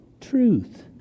truth